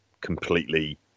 completely